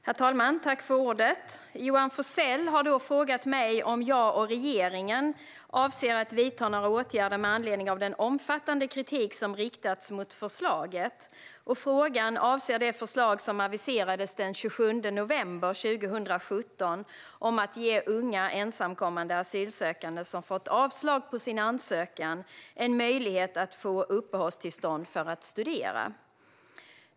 Herr talman! Johan Forssell har frågat mig om jag och regeringen avser att vidta några åtgärder med anledning av den omfattande kritik som riktats mot förslaget. Frågan avser det förslag som aviserades den 27 november 2017 om att ge unga ensamkommande asylsökande som fått avslag på sin ansökan en möjlighet att få uppehållstillstånd för att studera.